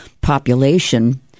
population